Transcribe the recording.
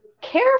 care